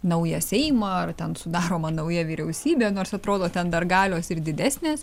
naują seimą ar ten sudaroma nauja vyriausybė nors atrodo ten dar galios ir didesnės